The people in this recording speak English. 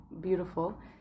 beautiful